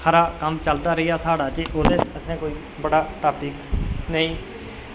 हरा कम्म चलदा रेहा साढ़ा ओह्दे च असें कोई बड़ा टापिक नेईं